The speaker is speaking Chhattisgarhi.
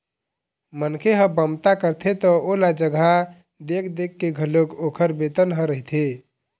मनखे ह बमता करथे त ओला जघा देख देख के घलोक ओखर बेतन ह रहिथे